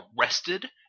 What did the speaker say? arrested